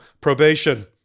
Probation